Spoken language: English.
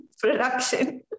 production